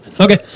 okay